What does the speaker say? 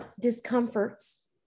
discomforts